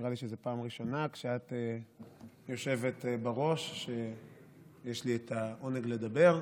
נראה לי שזו פעם ראשונה שאת יושבת בראש כשיש לי את העונג לדבר,